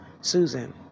Susan